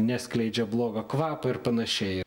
neskleidžia blogo kvapo ir panašiai